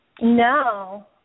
No